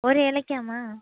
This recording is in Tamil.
ஒரு இலைக்காம்மா